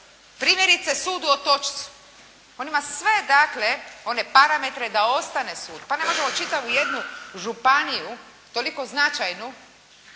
Primjerice, Sud u Otočcu. On ima sve, dakle one parametre da ostane sud. Pa ne možemo čitavu jednu županiju toliko značajnu